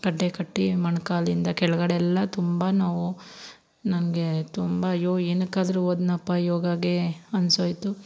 ಗಡ್ಡೆ ಕಟ್ಟಿ ಮೊಣ್ಕಾಲಿಂದ ಕೆಳಗಡೆಲ್ಲಾ ತುಂಬ ನೋವು ನನಗೇ ತುಂಬ ಅಯ್ಯೋ ಏನಕ್ಕಾದ್ರು ಹೋದ್ನಪ್ಪ ಯೋಗಾಗೆ ಅನಿಸೋಯ್ತು